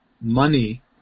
money